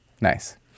Nice